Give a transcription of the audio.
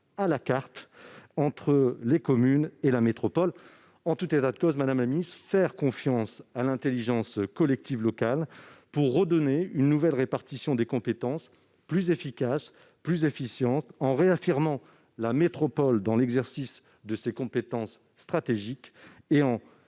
à la carte entre les communes et la métropole. En tout état de cause, madame la ministre, faisons confiance à l'intelligence collective locale pour décider d'une nouvelle répartition plus efficace des compétences, en confortant la métropole dans l'exercice de ses compétences stratégiques et en